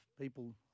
people